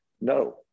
No